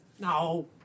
No